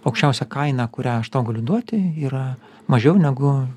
aukščiausia kaina kurią aš tau galiu duoti yra mažiau negu